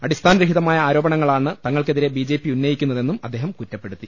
അടിസ്ഥാന രഹിതമായ ആരോപണങ്ങ ളാണ് തങ്ങൾക്കെതിരെ ബി ജെ പി ഉന്നയിക്കുന്നതെന്നും അദ്ദേഹം കുറ്റപ്പെടുത്തി